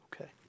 Okay